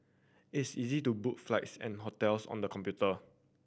it's easy to book flights and hotels on the computer